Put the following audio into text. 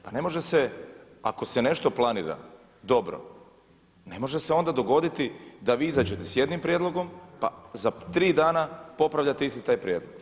Pa ne može se, ako se nešto planira dobro, ne može se onda dogoditi da vi izađete s jednim prijedlogom pa za tri dana popravljate isti taj prijedlog.